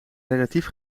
relatief